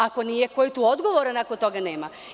Ako nije, ko je tu odgovoran, ako toga nema?